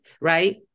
right